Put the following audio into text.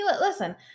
Listen